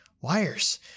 wires